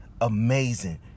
amazing